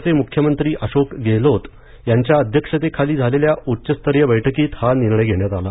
राज्याचे मुख्यमंत्री अशोक गेहलोत यांच्या अध्यक्षतेखाली झालेल्या उच्चस्तरीय बैठकीत हा निर्णय घेण्यात आला